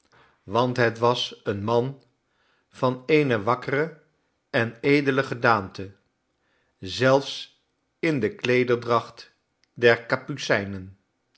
want het was een man van eene wakkere en edele gedaante zelfs in de